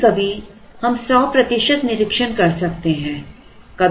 कभी कभी हम सौ प्रतिशत निरीक्षण कर सकते हैं